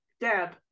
Deb